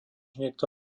niekto